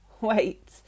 Wait